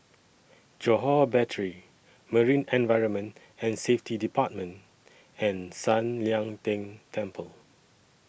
Johore Battery Marine Environment and Safety department and San Lian Deng Temple